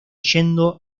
yendo